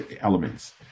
elements